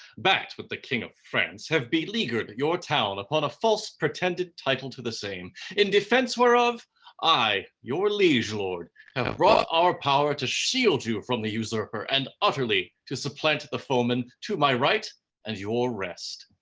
backed with the king of france, have beleaguered your town upon a false pretended title to the same in defense whereof i your liege lord have kind of brought our power to shield you from the usurper, and utterly to supplant the foemen, to my right and your rest.